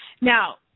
Now